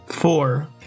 Four